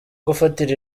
gufatira